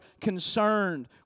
concerned